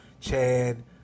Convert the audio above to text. Chad